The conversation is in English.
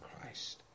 Christ